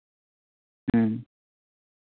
ᱦᱮᱸ